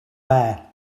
bear